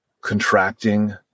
contracting